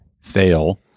fail